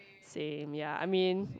same ya I mean